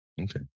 Okay